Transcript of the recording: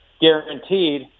guaranteed